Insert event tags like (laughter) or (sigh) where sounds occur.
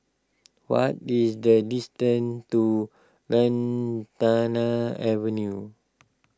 what is the distance to Lantana Avenue (noise)